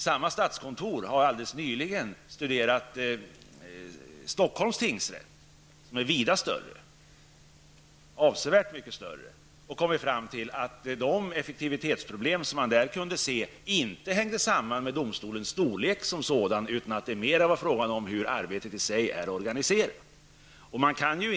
Statskontoret har alldeles nyligen studerat Stockholms tingsrätt, som är avsevärt mycket större, och kommit fram till att de effektivitetsproblem som man där kunde iaktta inte berodde på domstolens storlek utan mer på hur arbetet är organiserat.